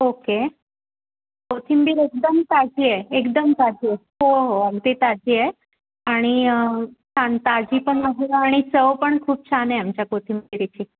okay कोथिंबीर एकदम ताजी आहे एकदम ताजी आहे हो हो अगदी ताजी आहे आणि छान ताजी पण आहे आणि चव पण खूप छान आहे आमच्या कोथिंबिरीची